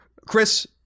Chris